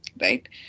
right